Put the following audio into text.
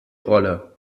rolle